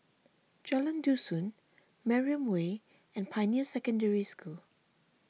Jalan Dusun Mariam Way and Pioneer Secondary School